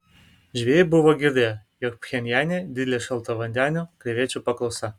žvejai buvo girdėję jog pchenjane didelė šaltavandenių krevečių paklausa